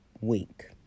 week